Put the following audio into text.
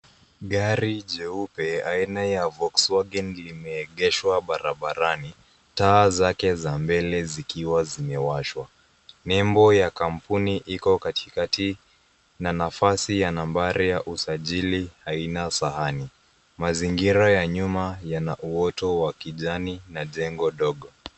Gari jeupe aina ya Volks Wagen limeegeshwa barabarani, taa zake za mbele zikiwa zimewashwa nembo ya kampuni iko katikati na nafasi ya nambari ya usajili haina sahani. Mazingira ya nyuma yana uoto wa wa kijani na jengo dogo